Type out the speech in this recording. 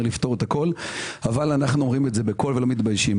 לפתור הכול אבל אנו אומרים זאת בקול ולא מתביישים.